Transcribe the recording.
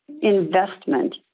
investment